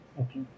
Okay